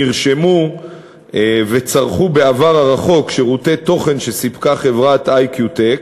נרשמו וצרכו בעבר הרחוק שירותי תוכן שסיפקה חברת "איקיוטק"